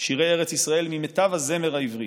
שירי ארץ ישראל ממיטב הזמר העברי.